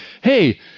hey